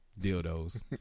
Dildos